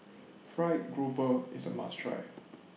Fried Grouper IS A must Try